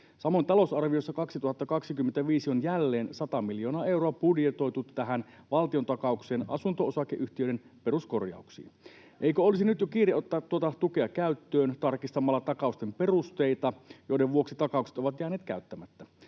Samoin talousarviossa 2025 on jälleen 100 miljoonaa euroa budjetoitu valtiontakauksia asunto-osakeyhtiöiden peruskorjauksiin. Eikö olisi nyt jo kiire ottaa tuota tukea käyttöön tarkistamalla takausten perusteita, joiden vuoksi takaukset ovat jääneet käyttämättä?